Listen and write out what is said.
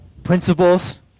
principles